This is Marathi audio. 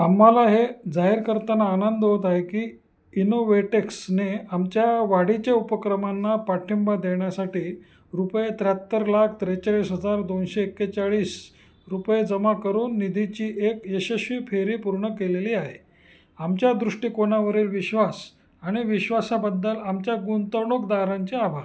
आम्हाला हे जाहिर करताना आनंद होत आहे की इनोवेटेक्सने आमच्या वाढीचे उपक्रमांना पाठिंबा देण्यासाठी रुपये त्र्याहत्तर लाख त्रेचाळीस हजार दोनशे एक्केचाळीस रुपये जमा करून निधीची एक यशस्वी फेरी पूर्ण केलेली आहे आमच्या दृष्टिकोनावरील विश्वास आणि विश्वासाबद्दल आमच्या गुंतवणूकदारांचे आभार